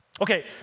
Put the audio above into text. Okay